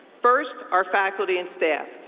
first, our faculty and staff.